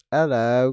Hello